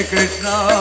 Krishna